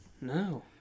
No